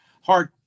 hard